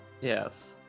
Yes